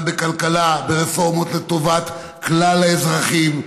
גם בכלכלה, ברפורמות לטובת כלל האזרחים,